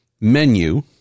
menu